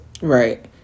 Right